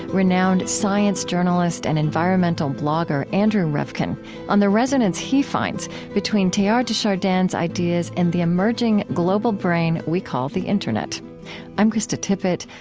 renowned science journalist and environmental blogger andrew revkin on the resonance he finds between teilhard de chardin's ideas and the emerging global brain we call the internet i'm krista tippett,